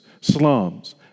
slums